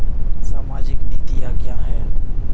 सामाजिक नीतियाँ क्या हैं?